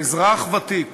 "אזרח ותיק